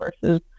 versus